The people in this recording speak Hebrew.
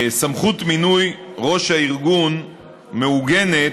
סמכות מינוי ראש הארגון מעוגנת,